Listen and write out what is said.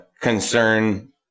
concern